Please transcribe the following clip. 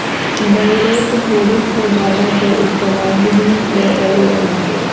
direct credit क जादातर इस्तेमाल बिजनेस में करल जाला